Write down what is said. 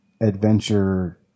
adventure